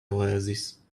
oasis